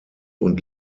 und